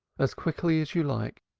as quickly as you like.